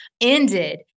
ended